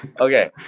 Okay